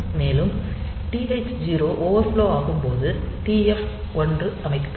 மேலும் TH0 overflow ஆகும் போது TF1 அமைக்கப்படும்